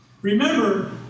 Remember